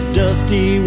dusty